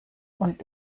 und